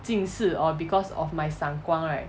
近视 or because of my 散光 right